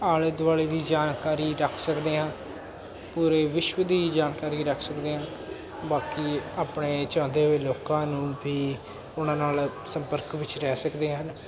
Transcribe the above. ਆਲੇ ਦੁਆਲੇ ਦੀ ਜਾਣਕਾਰੀ ਰੱਖ ਸਕਦੇ ਹਾਂ ਪੂਰੇ ਵਿਸ਼ਵ ਦੀ ਜਾਣਕਾਰੀ ਰੱਖ ਸਕਦੇ ਹਾਂ ਬਾਕੀ ਆਪਣੇ ਚਾਹੁੰਦੇ ਹੋਏ ਲੋਕਾਂ ਨੂੰ ਵੀ ਉਹਨਾਂ ਨਾਲ ਸੰਪਰਕ ਵਿੱਚ ਰਹਿ ਸਕਦੇ ਹਨ